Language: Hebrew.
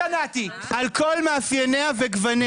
על כל מאפייניה וגווניה.